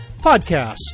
Podcast